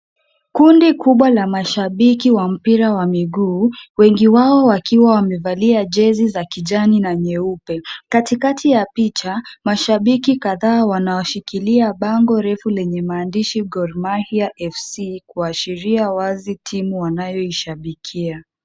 Kundi kubwa la mashabiki wa mpira wa miguu wengi wao wakiwa wamevalia jezi za kijani na nyeupe. Katikati ya picha, mashabiki kadhaa wanashikilia bango refu lenye maandishi Gor Mahia FC kuashiria wazi timu wanaoishabikia.